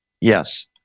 Yes